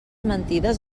mentides